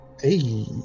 Hey